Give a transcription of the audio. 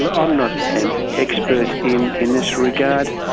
ah i'm not an expert in in this regard,